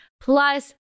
Plus